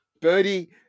Birdie